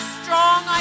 strong